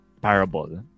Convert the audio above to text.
parable